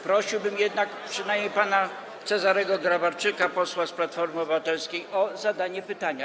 Prosiłbym przynajmniej pana Cezarego Grabarczyka, posła z Platformy Obywatelskiej, o zadanie pytania.